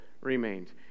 remained